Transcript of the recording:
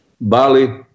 Bali